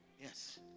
Yes